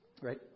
right